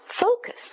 focus